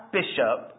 bishop